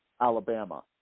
Alabama